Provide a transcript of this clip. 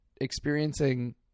experiencing